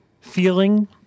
feeling